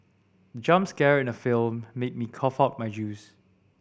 the jump scare in the film made me cough out my juice